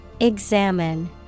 Examine